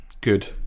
good